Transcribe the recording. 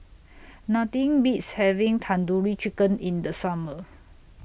Nothing Beats having Tandoori Chicken in The Summer